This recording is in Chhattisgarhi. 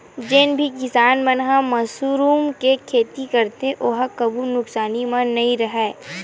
जेन भी किसान मन ह मसरूम के खेती करथे ओ ह कभू नुकसानी म नइ राहय